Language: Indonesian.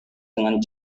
dengan